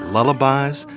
Lullabies